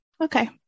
Okay